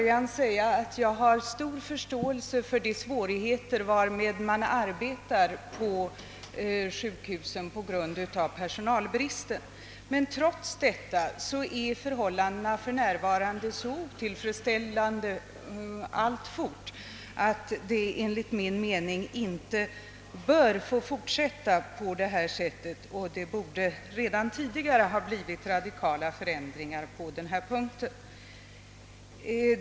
Jag har stor förståelse för de svårigheter under vilka man på grund av personalbristen arbetar inom sjukhusen. Förhållandena är dock alltfort så otillfredsställande att det enligt min mening inte bör få fortsätta på det sättet. Redan tidigare borde det ha gjorts radikala förändringar på denna punkt.